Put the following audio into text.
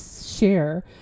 share